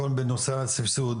בכל נושא הסבסוד,